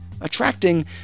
attracting